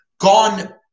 gone –